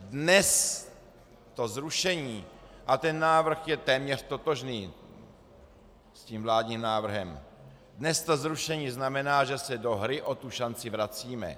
Dnes to zrušení, a ten návrh je téměř totožný s tím vládním návrhem, dnes to zrušení znamená, že se do hry o tu šanci vracíme.